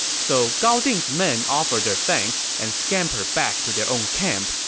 so gao ding's men offered their thanks and scampered back to their own camp,